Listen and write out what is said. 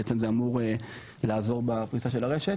בעצם זה אמור לעזור בפריסה של הרשת.